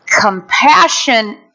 compassion